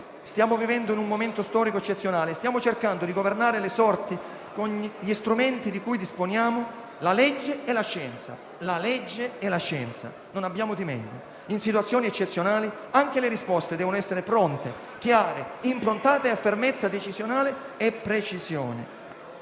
Stiamo vivendo in un momento storico eccezionale. Stiamo cercando di governare le sorti con gli strumenti di cui disponiamo; la legge e la scienza; non abbiamo di meglio. In situazioni eccezionali anche le risposte devono essere pronte, chiare e improntate a fermezza decisionale e precisione.